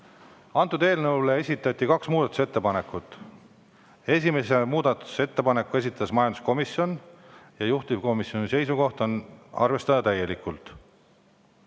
juurde. Eelnõu kohta esitati kaks muudatusettepanekut. Esimese muudatusettepaneku esitas majanduskomisjon. Juhtivkomisjoni seisukoht on arvestada seda täielikult.